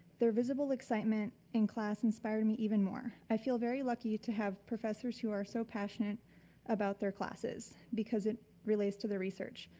their visible excitement in class inspire me even more, i feel very lucky to have professors who are so passionate about their classes, because it relates to their research.